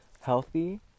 healthy